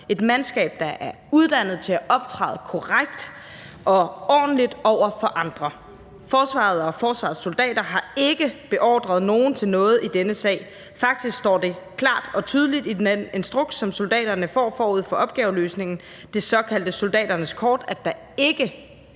et mandskab, der er uddannet til at optræde korrekt og ordentligt over for andre. Forsvaret og forsvarets soldater har ikke beordret nogen til noget i denne sag. Faktisk står det klart og tydeligt i den instruks, som soldaterne får forud for opgaveløsningen, det såkaldte soldaternes kort, at der ikke